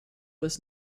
was